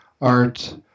Art